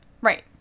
right